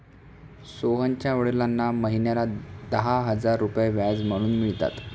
सोहनच्या वडिलांना महिन्याला दहा हजार रुपये व्याज म्हणून मिळतात